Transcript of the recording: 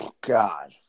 God